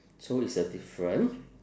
so it's a different